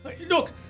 Look